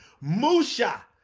Musha